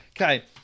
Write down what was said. Okay